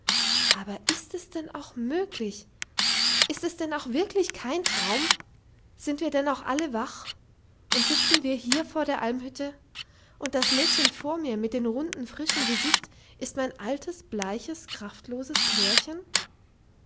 aber ist es denn auch möglich ist es denn auch wirklich kein traum sind wir denn auch alle wach und sitzen wir hier vor der almhütte und das mädchen vor mir mit dem runden frischen gesicht ist mein altes bleiches kraftloses klärchen